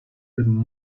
bym